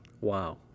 Wow